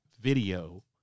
video